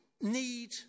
need